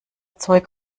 zeug